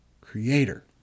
creator